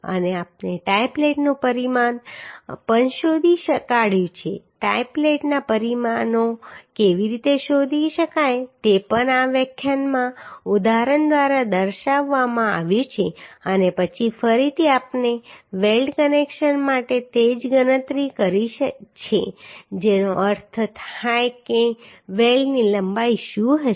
અને આપણે ટાઈ પ્લેટનું પરિમાણ પણ શોધી કાઢ્યું છે ટાઈ પ્લેટના પરિમાણો કેવી રીતે શોધી શકાય તે પણ આ વ્યાખ્યાનમાં ઉદાહરણ દ્વારા દર્શાવવામાં આવ્યું છે અને પછી ફરીથી આપણે વેલ્ડ કનેક્શન માટે તે જ ગણતરી કરી છે જેનો અર્થ થાય છે કે વેલ્ડની લંબાઈ શું હશે